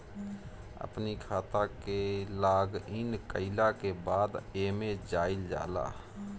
अपनी खाता के लॉगइन कईला के बाद एमे जाइल जाला